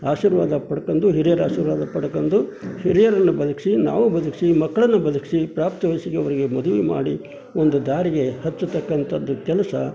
ಆಶೀರ್ವಾದ ಪಡ್ಕೊಂಡು ಹಿರಿಯರ ಆಶೀರ್ವಾದ ಪಡ್ಕೊಂಡು ಹಿರಿಯರನ್ನು ಬದುಕಿಸಿ ನಾವು ಬದುಕಿಸಿ ಮಕ್ಕಳನ್ನು ಬದುಕಿಸಿ ಪ್ರಾಪ್ತ ವಯಸ್ಸಿಗೆ ಅವರಿಗೆ ಮದುವೆ ಮಾಡಿ ಒಂದು ದಾರಿಗೆ ಹಚ್ಚುತಕ್ಕಂಥದ್ದು ಕೆಲಸ